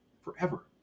forever